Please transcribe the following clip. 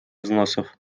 взносов